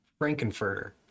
Frankenfurter